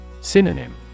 Synonym